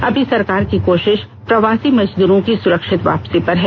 अभी सरकार की कोशिश प्रवासी मजदूरों की सुरक्षित वापसी पर है